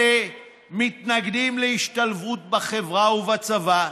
אלה מתנגדים להשתלבות בחברה ובצבא,